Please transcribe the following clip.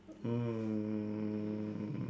um